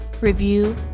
review